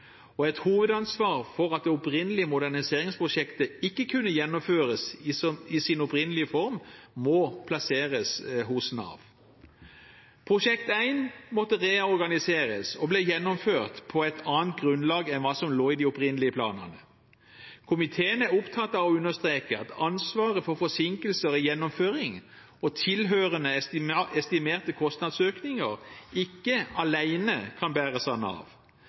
og et hovedansvar for at det opprinnelige moderniseringsprosjektet ikke kunne gjennomføres i sin opprinnelige form, må plasseres hos Nav. Prosjekt 1 måtte reorganiseres og ble gjennomført på et annet grunnlag enn hva som lå i de opprinnelige planene. Komiteen er opptatt av å understreke at ansvaret for forsinkelser i gjennomføringen og tilhørende estimerte kostnadsøkninger, ikke alene kan bæres av Nav.